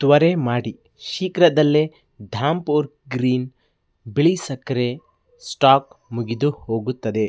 ತ್ವರೆ ಮಾಡಿ ಶೀಘ್ರದಲ್ಲೇ ಧಾಮ್ಪುರ್ ಗ್ರೀನ್ ಬಿಳಿ ಸಕ್ಕರೆ ಸ್ಟಾಕ್ ಮುಗಿದುಹೋಗುತ್ತದೆ